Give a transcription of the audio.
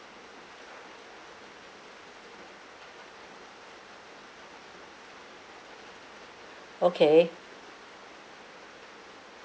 okay